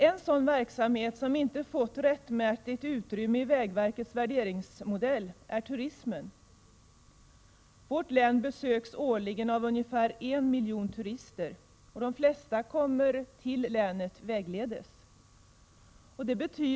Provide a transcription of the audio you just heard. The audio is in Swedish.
En sådan verksamhet som inte har fått rättmätigt utrymme i vägverkets värderingsmodell är turismen. Vårt län besöks årligen av ca 1 miljon turister. och de flesta kommer vägledes.